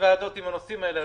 ועדת המשנה חשובה.